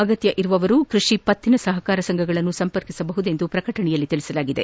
ಅಗತ್ಯ ಇರುವವರು ಕೃಷಿ ಪತ್ತಿನ ಸಹಾರ ಸಂಘಗಳನ್ನು ಸಂಪರ್ಕಿಸಬಹುದಾಗಿದೆ ಎಂದು ಪ್ರಕಟಣೆಯಲ್ಲಿ ತಿಳಿಸಲಾಗಿದೆ